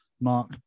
Mark